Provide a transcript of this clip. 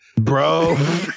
bro